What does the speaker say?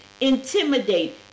intimidate